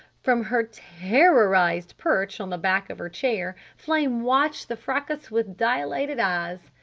from her terrorized perch on the back of her chair flame watched the fracas with dilated eyes.